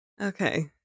Okay